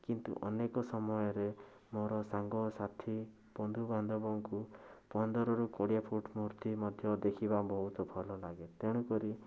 କିନ୍ତୁ ଅନେକ ସମୟରେ ମୋର ସାଙ୍ଗସାଥି ବନ୍ଧୁବାନ୍ଧବଙ୍କୁ ପନ୍ଦରରୁ କୋଡ଼ିଏ ଫୁଟ ମୂର୍ତ୍ତି ମଧ୍ୟ ଦେଖିବା ବହୁତ ଭଲ ଲାଗେ ତେଣୁ କରି